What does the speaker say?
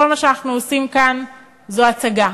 כל מה שאנחנו עושים כאן זו הצגה.